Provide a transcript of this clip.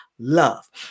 love